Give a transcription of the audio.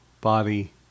body